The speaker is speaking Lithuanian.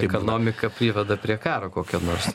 ekonomika priveda prie karo kokio nors